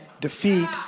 defeat